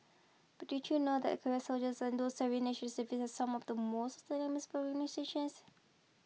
but did you know that career soldiers and those serving National Service some of the most outstanding mispronunciations